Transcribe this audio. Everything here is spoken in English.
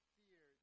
fear